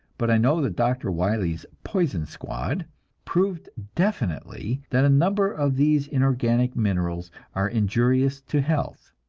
but i know that dr. wiley's poison squad proved definitely that a number of these inorganic minerals are injurious to health,